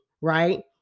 right